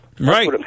Right